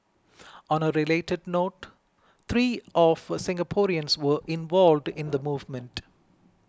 on a related note three of Singaporeans were involved in the movement